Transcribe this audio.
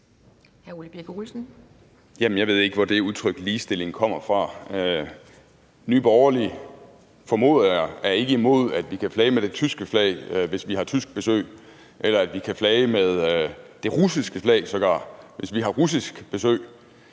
jeg ved ikke, hvor det udtryk »ligestilling« kommer fra. Nye Borgerlige, formoder jeg, er ikke imod, at vi kan flage med det tyske flag, hvis vi har tysk besøg, eller at vi kan flage med det russiske flag sågar, hvis vi har russisk besøg.